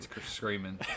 screaming